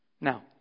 Now